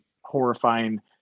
horrifying